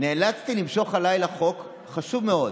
"נאלצתי למשוך הלילה חוק חשוב מאוד,